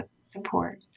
support